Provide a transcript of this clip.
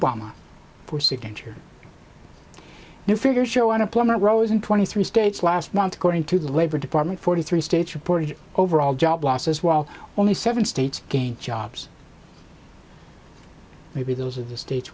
obama for signature new figures show unemployment rose in twenty three states last month according to the labor department forty three states reporting overall job losses while only seven states gain jobs maybe those are the states